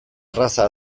erraza